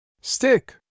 Stick